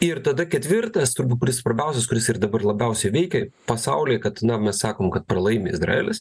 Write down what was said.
ir tada ketvirtas turbūt svarbiausias kuris ir dabar labiausiai veikė pasaulį kad mes sakom kad pralaimi izraelis